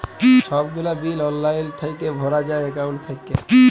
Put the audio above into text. ছব গুলা বিল অললাইল থ্যাইকে ভরা যায় একাউল্ট থ্যাইকে